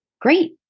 Great